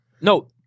No